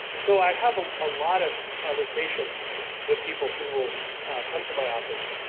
so i have a ah lot of conversations with people who will come to my office,